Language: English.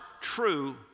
true